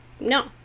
no